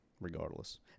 regardless